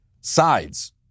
sides